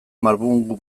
marbungu